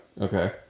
Okay